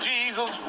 Jesus